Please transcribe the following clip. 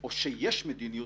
או שיש מדיניות,